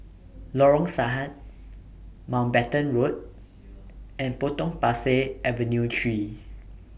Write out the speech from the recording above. Lorong Sahad Mountbatten Road and Potong Pasir Avenue three